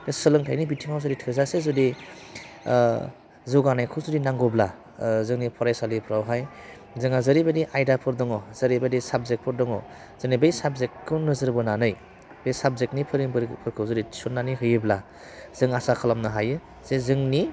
बे सोलोंथाइनि बिथिङाव थोजासे जोङो जुदि जौगानायखौ जुदि नांगौब्ला जोंनि फरायसालिफ्रावहाय जोंहा जेरैबायदि आयदाफोर दङ जेरैबायदि साबजेक्टफोर दङ दिनै बै साबजेक्टखौ नोजोर बोनानै बे साबजेक्टनि फोरोंगिरिफोरखौ जुदि थिसन्नानै होयोब्ला जों आसा खालामनो हायो जे जोंनि